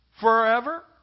Forever